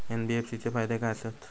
NBFC चे फायदे खाय आसत?